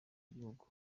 igihugu